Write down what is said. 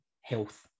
health